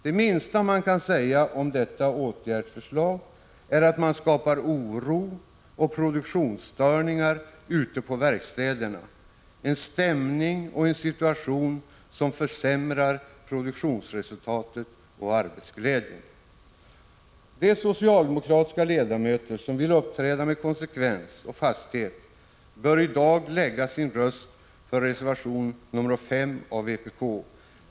Det minsta man kan säga om dessa åtgärdsförslag är att det skapas oro och produktionsstörningar ute på verkstäderna, en stämning och en situation som försämrar produktionsresultatet och arbetsglädjen. De socialdemokratiska ledamöter som vill uppträda med konsekvens och fasthet bör i dag lägga sin röst på reservation 4 av vpk.